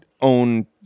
own